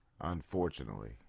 Unfortunately